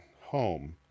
home